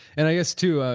and i guess too,